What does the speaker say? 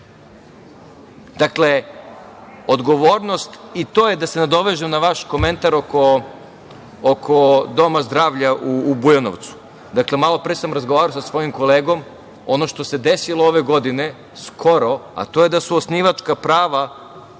Dakle, odgovornost i to je da se nadovežem na vaš komentar, oko doma zdravlja u Bujanovcu. Dakle, malopre sam razgovarao sa svojim kolegom i ono što se desilo ove godine, skoro, a to je da su osnivačka prava